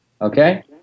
Okay